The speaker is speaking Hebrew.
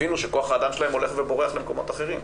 הבינו שכוח האדם שלהם הולך ובורח למקומות אחרים.